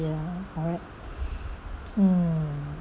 ya alright mm